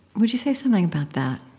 would you say something about that?